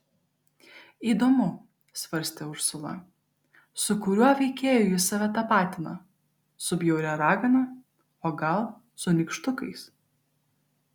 įdomu svarstė ursula su kuriuo veikėju jis save tapatina su bjauria ragana o gal su nykštukais